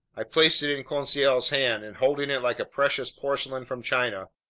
i placed it in conseil's hands, and holding it like precious porcelain from china,